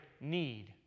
need